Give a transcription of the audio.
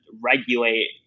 regulate